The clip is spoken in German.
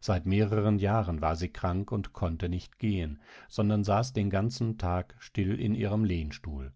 seit mehreren jahren war sie krank und konnte nicht gehen sondern saß den ganzen tag still in ihrem lehnstuhl